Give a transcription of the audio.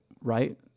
right